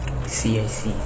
I see I see